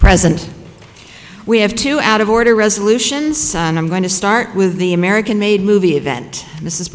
present we have two out of order resolutions and i'm going to start with the american made movie event and this is